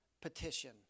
petition